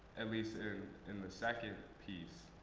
at least in the second piece,